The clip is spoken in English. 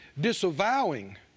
disavowing